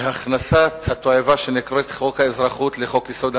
בהכנסת התועבה שנקראת חוק האזרחות לחוק-יסוד: